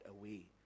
away